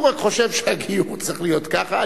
הוא רק חושב שהגיור צריך להיות ככה,